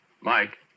Mike